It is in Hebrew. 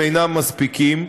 אינם מספיקים,